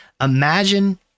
imagine